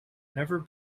never